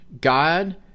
God